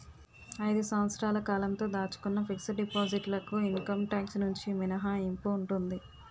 ఐదు సంవత్సరాల కాలంతో దాచుకున్న ఫిక్స్ డిపాజిట్ లకు ఇన్కమ్ టాక్స్ నుంచి మినహాయింపు ఉంటుంది